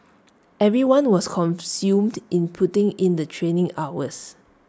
everyone was consumed in putting in the training hours